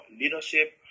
leadership